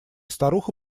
старуха